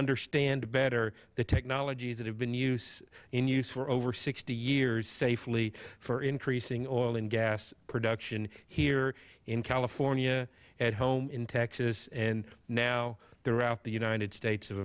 understand better the technologies that have been used in use for over sixty years safely for increasing oil and gas production here in california at home in texas and now throughout the united states of